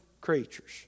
creatures